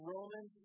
Roman